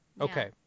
Okay